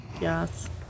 yes